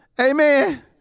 Amen